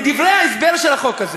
בדברי ההסבר של החוק הזה